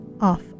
off